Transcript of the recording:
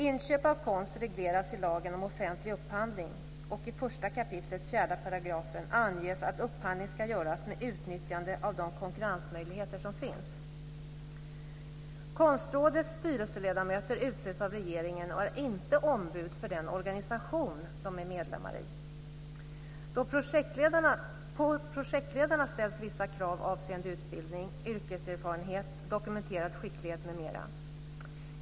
Inköp av konst regleras i lagen om offentlig upphandling. I 1 kap. 4 § anges att upphandling ska göras med utnyttjande av de konkurrensmöjligheter som finns. Konstrådets styrelseledamöter utses av regeringen och är inte ombud för den organisation de är medlemmar i. På projektledarna ställs vissa krav avseende utbildning, yrkeserfarenhet, dokumenterad skicklighet m.m.